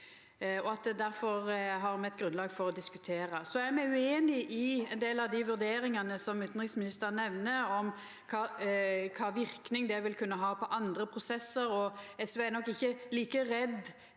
difor har eit grunnlag for å diskutera. Så er me ueinig i ein del av dei vurderingane utanriksministeren nemner, om kva verknad det vil kunna ha på andre prosessar. SV er nok ikkje like redd